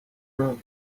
rug